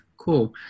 Cool